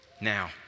Now